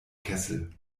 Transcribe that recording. kessel